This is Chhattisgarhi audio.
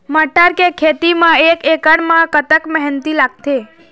मटर के खेती म एक एकड़ म कतक मेहनती लागथे?